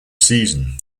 season